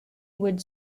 would